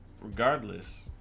regardless